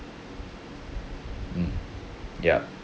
mm yup